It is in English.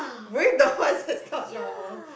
we're the ones that's not normal